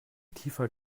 tiefer